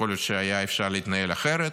השנה, יכול להיות שהיה אפשר להתנהל אחרת,